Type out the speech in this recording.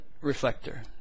reflector